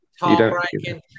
Heartbreaking